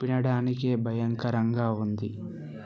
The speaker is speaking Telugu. వినడానికే భయంకరంగా ఉంది